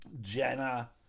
Jenna